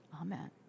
Amen